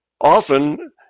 often